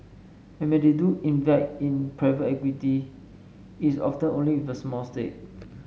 and when they do invite in private equity it's often only with a small stake